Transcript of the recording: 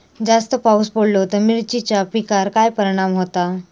जास्त पाऊस पडलो तर मिरचीच्या पिकार काय परणाम जतालो?